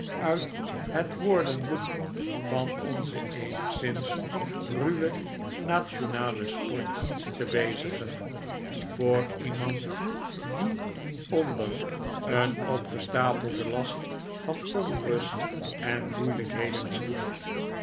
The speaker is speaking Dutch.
uit het woordenboek van onze eenigszins ruwe nationale sport te bezigen voor iemand die onder een opgestapelden last van onrust en moeilijkheden zwoegt